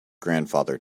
grandfather